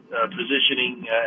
positioning